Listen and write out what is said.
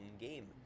game